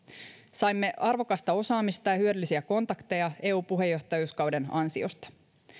saimme arvokasta osaamista ja hyödyllisiä kontakteja eu puheenjohtajuuskauden ansiosta